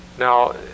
Now